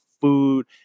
food